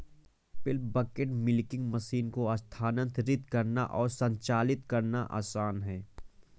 पेल bucket milking machine को स्थानांतरित करना और संचालित करना आसान है